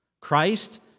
Christ